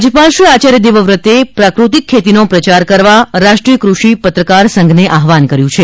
રાજ્યપાલ શ્રી આચાર્ય દેવવ્રતે પ્રાકૃત્તિક ખેતીનો પ્રચાર કરવા રાષ્ટ્રીય કૃષિ પત્રકાર સંઘને આહવાન કર્યું છે